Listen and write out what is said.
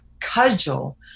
cudgel